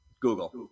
Google